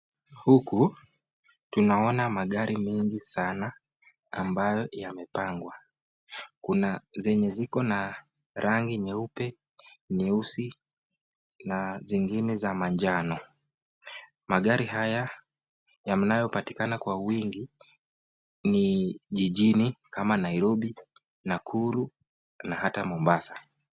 Huku tunaona magari mengi sana ambayo yamepangwa. Kuna zenye ziko na rangi nyeupe, nyeusi na zingine za manjano. Magari haya yanayopatikana kwa wingi ni jijini kama Nairobi, Nakuru na hata Mombasa.